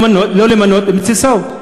לא למנות את בנצי סאו.